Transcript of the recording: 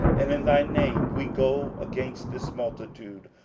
and in thy name we go against this multitude.